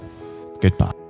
Goodbye